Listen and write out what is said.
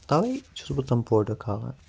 تَوَے چھُس بہٕ تِم فوٹو کھالان